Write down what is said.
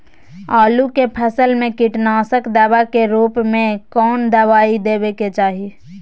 आलू के फसल में कीटनाशक दवा के रूप में कौन दवाई देवे के चाहि?